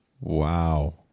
Wow